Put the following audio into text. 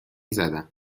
زدم